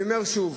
אני אומר שוב,